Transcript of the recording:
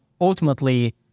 ultimately